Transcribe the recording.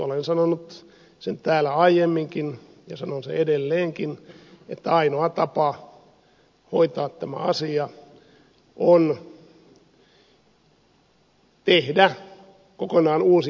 olen sanonut sen täällä aiemminkin ja sanon sen edelleenkin että ainoa tapa hoitaa tämä asia on tehdä kokonaan uusi ohjelmisto